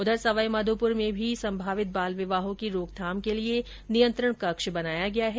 उधर सवाईमाधोपुर में भी संभावित बाल विवाह की रोकथाम के लिये नियंत्रण कक्ष स्थापित किया गया है